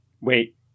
Wait